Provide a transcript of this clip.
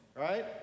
right